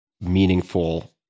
meaningful